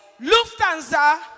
Lufthansa